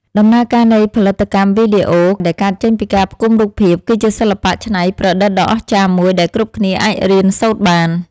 ដំណើរការនៃផលិតកម្មវីដេអូដែលកើតចេញពីការផ្គុំរូបភាព គឺជាសិល្បៈច្នៃប្រឌិតដ៏អស្ចារ្យមួយដែលគ្រប់គ្នាអាចរៀនសូត្របាន។